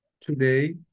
today